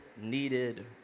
needed